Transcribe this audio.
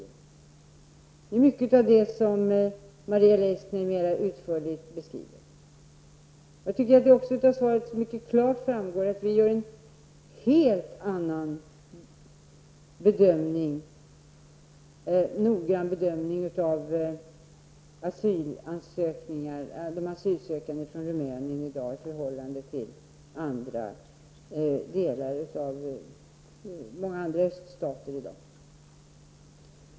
Det är mycket av detta som Maria Leissner mera utförligt har beskrivit. Jag tycker också att det av svaret mycket klart framgår att vi gör en helt annan -- och mycket noggrann -- bedömning av de asylsökande från Rumänien i dag i förhållande till asylsökande från många andra öststater.